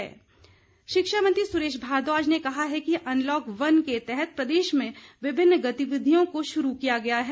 सुरेश भारद्वाज शिक्षा मंत्री सुरेश भारद्वाज ने कहा है कि अनलॉक वन के तहत प्रदेश में विभिन्न गतिविधियों को शुरू किया गया है